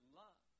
love